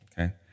Okay